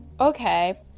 okay